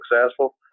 successful